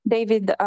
David